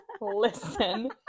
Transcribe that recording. listen